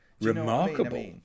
Remarkable